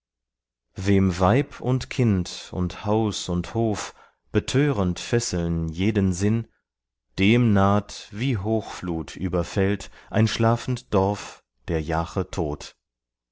wem weib und kind und haus und hof betörend fesseln jeden sinn dem naht wie hochflut überfällt ein schlafend dorf der jache tod